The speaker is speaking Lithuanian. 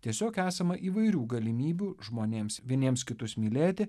tiesiog esama įvairių galimybių žmonėms vieniems kitus mylėti